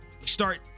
start